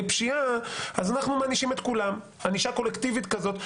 פשיעה אז אנחנו מענישים את כולם ענישה קולקטיבית כזאת.